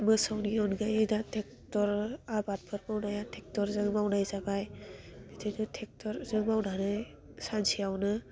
मोसौनि अनगायै दा टेक्टर आबादफोरखौ दाया टेक्टरजों मावनाय जाबाय बिदिनो टेक्टरजों मावनानै सानसेयावनो